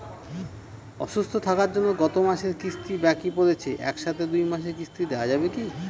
অসুস্থ থাকার জন্য গত মাসের কিস্তি বাকি পরেছে এক সাথে দুই মাসের কিস্তি দেওয়া যাবে কি?